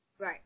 Right